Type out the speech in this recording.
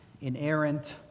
inerrant